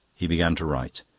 he began to write.